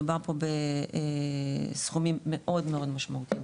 מדובר פה בסכומים מאוד משמעותיים.